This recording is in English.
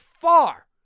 far